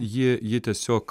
ji ji tiesiog